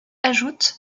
ajoute